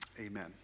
amen